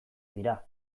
dira